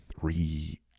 three